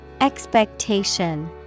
Expectation